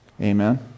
Amen